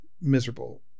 miserable